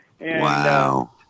Wow